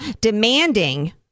demanding